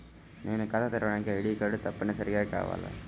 నేను ఖాతా తెరవడానికి ఐ.డీ కార్డు తప్పనిసారిగా కావాలా?